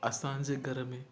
असांजे घर में